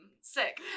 Sick